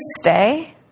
stay